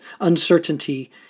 uncertainty